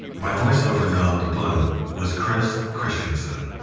my voiceover nom de plume was chris christensen.